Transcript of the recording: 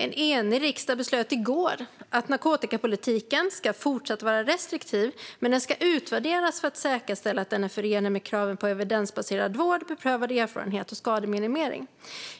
En enig riksdag beslöt i går att narkotikapolitiken ska vara fortsatt restriktiv men att den ska utvärderas för att vi ska kunna säkerställa att den är förenlig med kraven på evidensbaserad vård, beprövad erfarenhet och skademinimering.